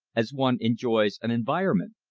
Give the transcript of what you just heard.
as one enjoys an environment.